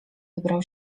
wybrał